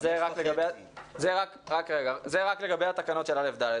זה לגבי התקנות של כיתות א'-ד'.